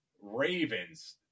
Ravens